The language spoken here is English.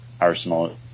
arsenal